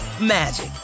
magic